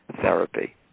therapy